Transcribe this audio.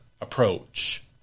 approach